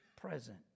present